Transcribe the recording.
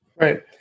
Right